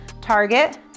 target